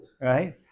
right